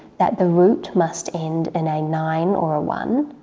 that the root must end in a nine or a one,